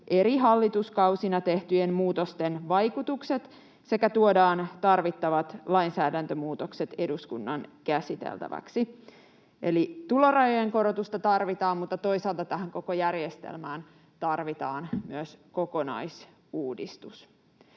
eri hallituskausina tehtyjen muutosten vaikutukset sekä tuodaan tarvittavat lainsäädäntömuutokset eduskunnan käsiteltäväksi. Eli tulorajojen korotusta tarvitaan, mutta toisaalta tähän koko järjestelmään tarvitaan myös kokonaisuudistus.